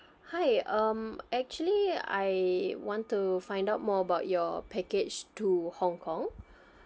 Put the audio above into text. hi um actually I want to find out more about your package to hong kong